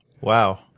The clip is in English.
Wow